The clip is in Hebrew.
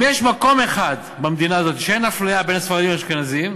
אם יש מקום אחד במדינה הזאת שאין בו אפליה בין הספרדים לאשכנזים,